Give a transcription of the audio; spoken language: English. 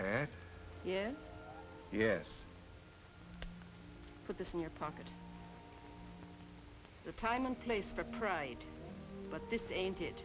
asked yes yes put this in your pocket the time and place for pride but this ain't it